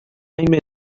munud